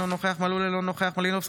אינה נוכחת מרב מיכאלי,